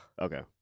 Okay